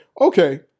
Okay